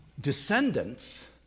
descendants